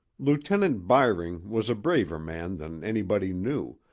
lieutenant byring was a braver man than anybody knew,